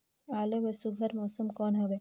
आलू बर सुघ्घर मौसम कौन हवे?